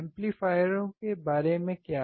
एम्पलीफायरों के बारे में क्या